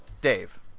Dave